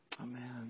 Amen